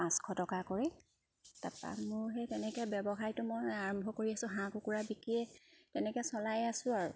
পাঁচশ টকাকৈ তাপা মোৰ সেই তেনেকৈ ব্যৱসায়টো মই আৰম্ভ কৰি আছোঁ হাঁহ কুকুৰা বিকিয়ে তেনেকৈ চলাই আছোঁ আৰু